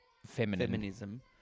Feminism